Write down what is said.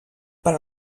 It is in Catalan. per